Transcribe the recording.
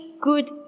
good